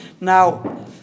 Now